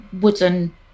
wooden